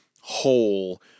whole